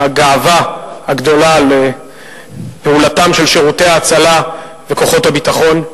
הגאווה הגדולה על פעולתם של שירותי ההצלה וכוחות הביטחון.